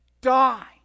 die